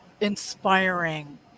Inspiring